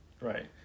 right